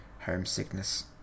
homesickness